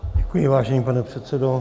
Děkuji, vážený pane předsedo.